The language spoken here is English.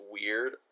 weird